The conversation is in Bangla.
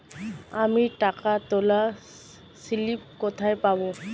আমি টাকা তোলার স্লিপ কোথায় পাবো?